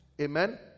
Amen